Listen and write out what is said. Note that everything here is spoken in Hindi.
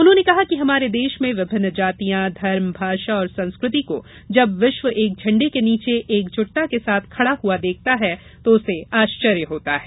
उन्होंने कहा कि हमारे देश में विभिन्न जातियां धर्म भाषा और संस्कृति को जब विश्व एक झण्डे के नीचे एकजुटता के साथ खड़ा हुआ देखता है तो उसे आश्चर्य होता है